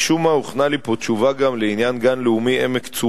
משום מה הוכנה לי פה תשובה גם לעניין גן לאומי עמק-צורים.